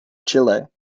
chile